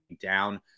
down